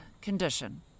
condition